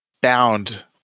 bound